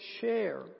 share